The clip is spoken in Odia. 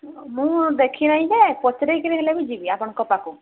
ମୁଁ ଦେଖିନାହିଁ ଯେ ପଚାରିକି ହେଲେ ବି ଯିବି ଆପଣଙ୍କ ପାଖକୁ